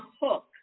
hook